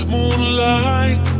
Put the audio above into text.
Moonlight